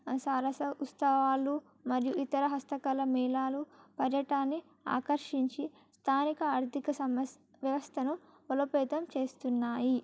సారస ఉత్సవాలు మరియు ఇతర హస్తకళ మేళాలు పర్యటాన్ని ఆకర్షించి స్థానిక ఆర్థిక సమస్ వ్యవస్థను బలోపేతం చేస్తున్నాయి